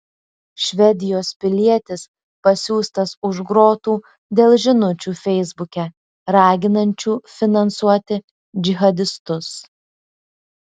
švedijos pilietis pasiųstas už grotų dėl žinučių feisbuke raginančių finansuoti džihadistus